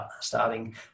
starting